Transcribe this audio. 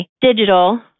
digital